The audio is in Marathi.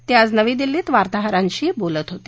ते आज नवी दिल्लीत वार्ताहरांशी बोलत होते